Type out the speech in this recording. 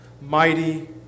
mighty